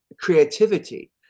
creativity